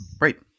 right